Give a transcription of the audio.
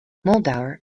muldaur